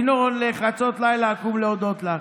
ינון, ל"חצות לילה אקום להודות לך".